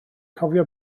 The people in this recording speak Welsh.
cofio